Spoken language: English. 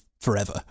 forever